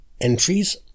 entries